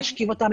להשכיב אותם,